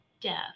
death